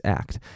act